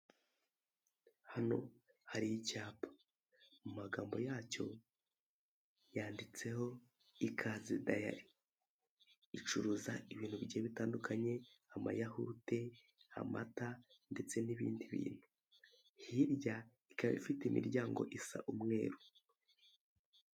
Hano hari icyapa, mu magambo yacyo yanditseho "ikaze dayari". Icuruza ibintu bigiye bitandukanye amayahurute, amata ndetse n'ibindi bintu, hirya ikaba ifite imiryango isa umweru.